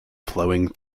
flowing